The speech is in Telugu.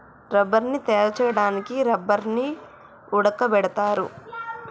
రబ్బర్ని తయారు చేయడానికి రబ్బర్ని ఉడకబెడతారు